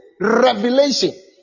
revelation